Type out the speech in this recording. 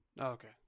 Okay